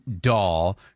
doll